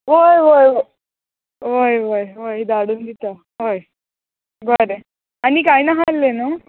होय होय होय वय वय वय धाडून दिता हय बरें आनी काय नाहा आसलें नू